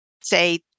say